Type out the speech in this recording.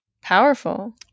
Powerful